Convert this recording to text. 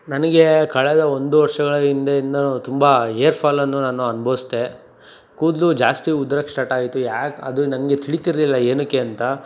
ನನಗೆ ಕಳೆದ ಒಂದು ವರ್ಷಗಳ ಹಿಂದಿನಿಂದಲೂ ತುಂಬ ಏರ್ಫಾಲನ್ನು ನಾನು ಅನ್ಭವ್ಸಿದೆ ಕೂದಲು ಜಾಸ್ತಿ ಉದ್ರೊಕ್ಕೆ ಸ್ಟಾಟ್ ಆಯ್ತು ಯಾಕೆ ಅದು ನನಗೆ ತಿಳಿತಿರ್ಲಿಲ್ಲ ಏನಕ್ಕೆ ಅಂತ